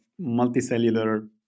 multicellular